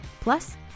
plus